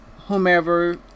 whomever